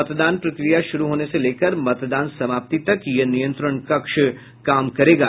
मतदान प्रक्रिया शुरू होने से लेकर मतदान समाप्ति तक यह नियंत्रण कक्ष काम करेगा